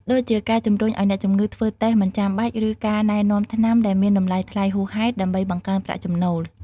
ដូចជាការជំរុញឱ្យអ្នកជំងឺធ្វើតេស្តមិនចាំបាច់ ឬការណែនាំថ្នាំដែលមានតម្លៃថ្លៃហួសហេតុ ដើម្បីបង្កើនប្រាក់ចំណូល។